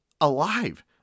alive